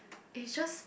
it is just